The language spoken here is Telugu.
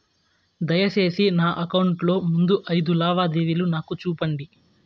దయసేసి నా అకౌంట్ లో ముందు అయిదు లావాదేవీలు నాకు చూపండి